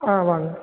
ஆமாங்க